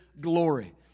glory